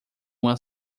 uma